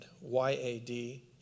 Y-A-D